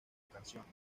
canciones